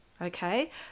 Okay